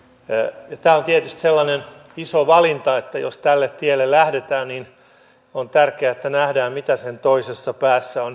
tämä on tietysti sellainen iso valinta että jos tälle tielle lähdetään niin on tärkeää että nähdään mitä sen toisessa päässä on